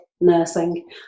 nursing